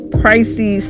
pricey